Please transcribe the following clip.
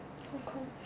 空空